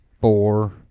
Four